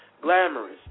Glamorous